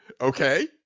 Okay